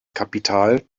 kapital